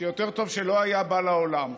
שיותר טוב שלא היה בא לעולם.